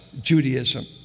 Judaism